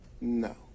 no